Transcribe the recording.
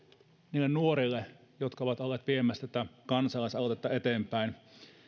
niille nuorille jotka ovat olleet viemässä tätä kansalaisaloitetta eteenpäin